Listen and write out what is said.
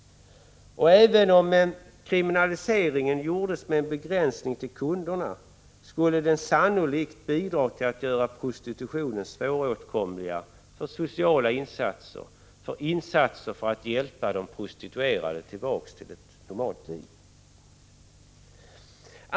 Även om en kriminalisering begränsades till kunderna skulle den sannolikt bidra till att göra prostitutionen svåråtkomligare för sociala insatser och för andra insatser för att hjälpa de prostituerade tillbaka till ett normalt liv.